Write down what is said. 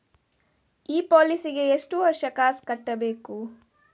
ಈ ಪಾಲಿಸಿಗೆ ಎಷ್ಟು ವರ್ಷ ಕಾಸ್ ಕಟ್ಟಬೇಕು?